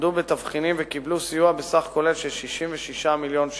עמדו בתבחינים וקיבלו סיוע בסכום כולל של 66 מיליון שקלים: